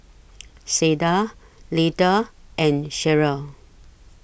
Sada Leitha and Cheryl